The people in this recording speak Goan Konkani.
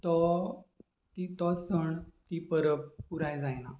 तो ती तो सण ती परब पुराय जायना